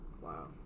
wow